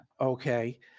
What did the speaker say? Okay